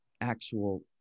actual